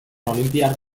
olinpiar